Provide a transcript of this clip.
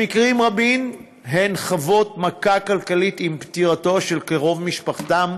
במקרים רבים הן חוות מכה כלכלית עם פטירתו של קרוב משפחתם,